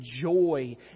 joy